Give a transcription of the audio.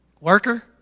Worker